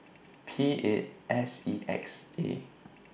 P eight S E X A